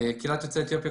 קהילת יוצאי אתיופיה,